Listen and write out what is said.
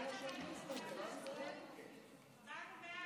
הצבענו